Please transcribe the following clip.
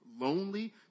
lonely